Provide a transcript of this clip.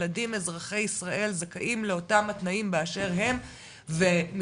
ילדים אזרחי ישראל זכאים לאותם התנאים באשר הם ומשרדי